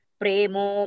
premo